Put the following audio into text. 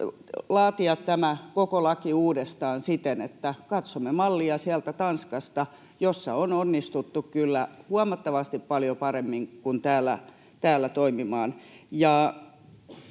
laatia tämä koko laki uudestaan siten, että katsomme mallia sieltä Tanskasta, missä on onnistuttu kyllä huomattavasti paljon paremmin kuin täällä toimimaan.